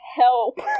help